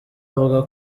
avuga